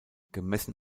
gemessen